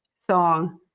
song